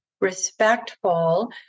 respectful